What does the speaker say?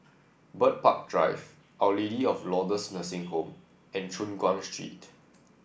Bird Park Drive Our Lady of Lourdes Nursing Home and Choon Guan Street